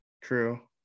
True